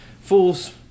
Fools